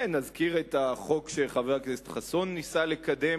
נזכיר את החוק שחבר הכנסת חסון ניסה לקדם